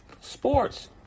Sports